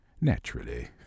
naturally